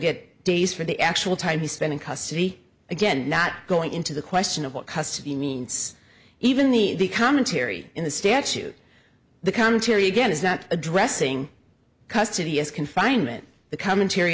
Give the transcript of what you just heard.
get days for the actual time he spent in custody again not going into the question of what custody means even the the commentary in the statute the commentary again is not addressing custody as confinement the commentary